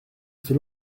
fait